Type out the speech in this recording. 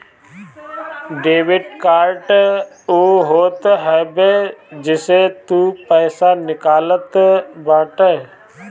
debit card उ होत हवे जेसे तू पईसा निकालत बाटअ